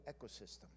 ecosystem